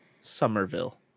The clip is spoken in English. Somerville